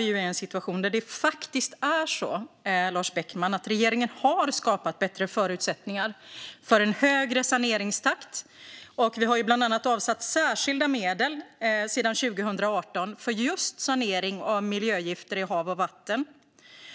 i en situation där det faktiskt är så, Lars Beckman, att regeringen har skapat bättre förutsättningar för en högre saneringstakt. Vi har bland annat avsatt särskilda medel sedan 2018 för just sanering av miljögifter i hav och vatten.